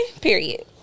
period